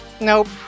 Nope